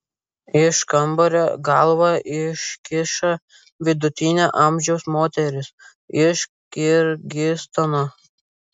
iš kambario galvą iškiša vidutinio amžiaus moteris iš kirgizstano